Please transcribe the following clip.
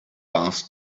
asked